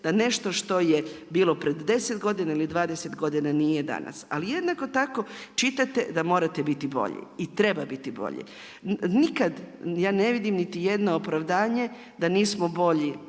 da nešto što je bilo pred 10 godina ili 20 godina nije danas. Ali jednako tako čitate da morate biti bolji i treba biti bolji. Nikad ja ne vidim niti jedno opravdanje da nismo bolji